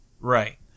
right